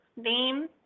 name